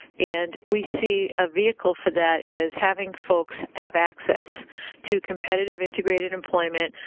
and we see a vehicle for that as having folks have access to competitive integrated employment,